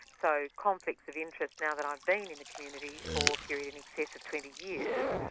so conflicts of interest now that i've been in the community for a period in excess of twenty years,